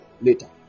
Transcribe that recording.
later